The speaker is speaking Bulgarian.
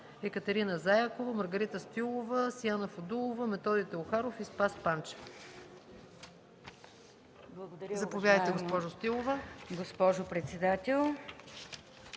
Екатерина Заякова, Маргарита Стоилова, Сияна Фудулова, Методи Теохаров и Спас Панчев. Заповядайте, госпожо Стоилова, да представите